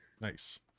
Nice